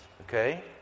okay